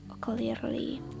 clearly